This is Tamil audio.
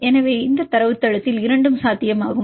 எனவே இந்த தரவுத்தளத்தில் இரண்டும் சாத்தியமாகும்